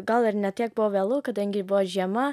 gal ir ne tiek buvo vėlu kadangi buvo žiema